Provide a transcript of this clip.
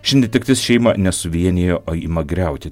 ši netektis šeimą nesuvienijo o ima griauti